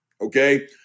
okay